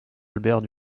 albert